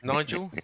Nigel